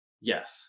Yes